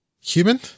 human